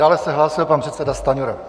Dále se hlásil pan předseda Stanjura.